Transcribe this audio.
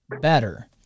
better